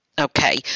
okay